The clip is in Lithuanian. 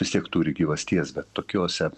vis tiek turi gyvasties bet tokiose